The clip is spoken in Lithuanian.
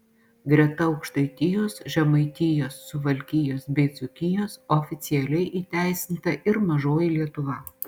greta aukštaitijos žemaitijos suvalkijos bei dzūkijos oficialiai įteisinta ir mažoji lietuva